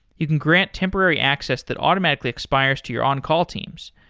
you can grant temporary access that automatically expires to your on-call teams.